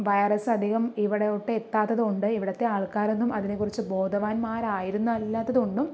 virus അധികം ഇവിടോട്ട് എത്താത്തത് കൊണ്ട് ഇവിടുത്തെ ആൾക്കാരൊന്നും അതിനെ കുറിച്ച് ബോധവാന്മാർ ആയിരുന്നല്ലാത്തതു കൊണ്ടും